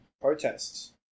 protests